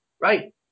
Right